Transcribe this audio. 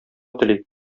тели